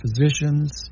physicians